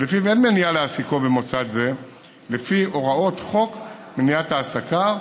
שלפיו אין מניעה להעסיקו במוסד זה לפי הוראות חוק מניעת העסקה.